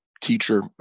teacher